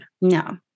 No